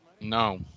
No